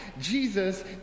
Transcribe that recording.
Jesus